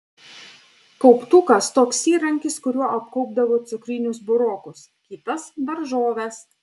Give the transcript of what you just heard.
kauptukas toks įrankis kuriuo apkaupdavo cukrinius burokus kitas daržoves